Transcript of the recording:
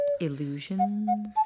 illusions